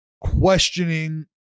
questioning